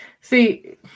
See